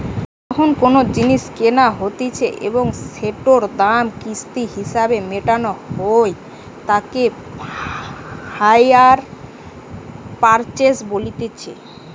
যখন কোনো জিনিস কেনা হতিছে এবং সেটোর দাম কিস্তি হিসেবে মেটানো হই তাকে হাইয়ার পারচেস বলতিছে